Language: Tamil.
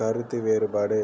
கருத்து வேறுபாடு